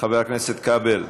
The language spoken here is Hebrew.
חבר הכנסת כבל,